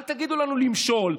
אל תגידו לנו למשול,